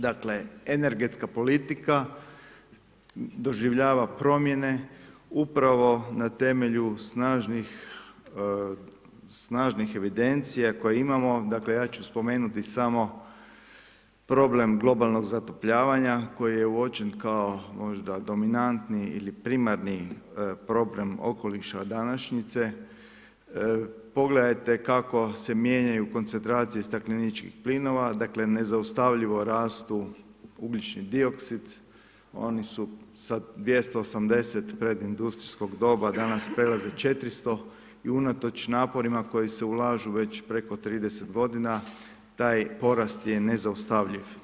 Dakle, energetska politika doživljava promjene upravno na temelju snažnih evidencija koje imamo, dakle, ja ću spomenuti samo problem globalnog zatopljavanja, koji je uočen kao možda dominantni ili primarni problem okoliša današnjice, pogledajte kako se mijenjaju koncentracije stakleničkih plinova, dakle, nezaustavljivo rastu, ugljični dioksid, oni su sa 280 predindustrijskog doba, danas prelaze 400, i unatoč naporima koji se ulažu već preko 30 godina, taj porast je nezaustavljiv.